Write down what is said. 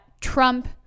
Trump